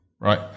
right